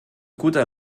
guter